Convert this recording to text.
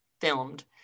filmed